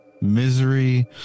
Misery